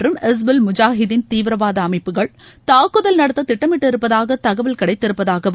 மற்றும் ஹிஸ்புல் முஜாகிதீன் தீவிரவாத அமைப்புகள் தாக்குதல் நடத்த திட்டமிட்டிருப்பதாக தகவல் கிடைத்திருப்பதாகவும்